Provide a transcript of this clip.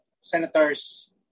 Senators